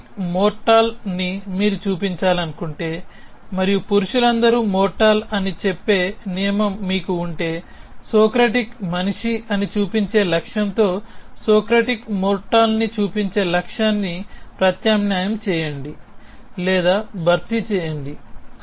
Socratic mortal ని మీరు చూపించాలనుకుంటే మరియు పురుషులందరూ మోర్టల్ అని చెప్పే నియమం మీకు ఉంటే సోక్రటిక్ మనిషి అని చూపించే లక్ష్యంతో సోక్రటిక్ మోర్టల్ ని చూపించే లక్ష్యాన్ని ప్రత్యామ్నాయం చేయండి లేదా భర్తీ చేయండి